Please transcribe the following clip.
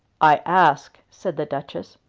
i ask, said the duchess,